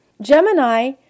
Gemini